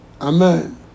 Amen